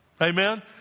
Amen